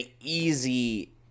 easy